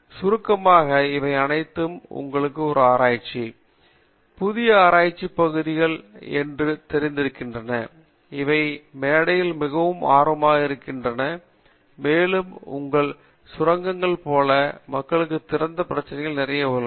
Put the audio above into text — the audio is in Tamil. சுருக்கமாக இவை அனைத்தும் உங்களுக்கு ஆராய்ச்சி புதிய ஆராய்ச்சிப் பகுதிகள் என்று தெரிந்திருக்கின்றன இவை மேடையில் மிகவும் ஆரம்பமாக இருக்கின்றன மேலும் தங்க சுரங்கங்கள் போல மக்களுக்கு திறந்த பிரச்சினையின் நிறைய உள்ளன